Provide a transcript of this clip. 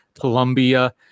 Colombia